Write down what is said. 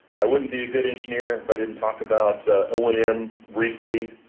i wouldn't be a good engineer if i didn't talk about o and m briefly.